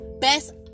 best